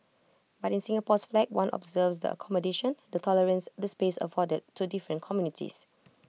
but in Singapore's flag one observes the accommodation the tolerance the space afforded to different communities